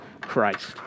Christ